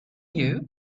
you